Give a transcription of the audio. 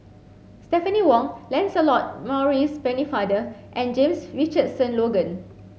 Stephanie Wong Lancelot Maurice Pennefather and James Richardson Logan